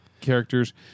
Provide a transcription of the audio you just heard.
Characters